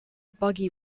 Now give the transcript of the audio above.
buggy